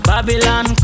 Babylon